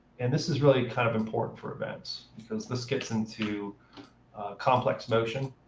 and this is really kind of important for events, because this gets into complex motion,